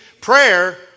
prayer